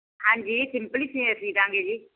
ਜੀ ਸਿੰਪਲ ਹੀ ਸੀਊਂ ਦੇਵਾਂਗੇ ਜੀ